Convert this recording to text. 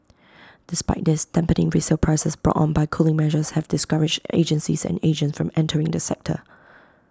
despite this resale prices brought on by cooling measures have discouraged agencies and agents from entering the sector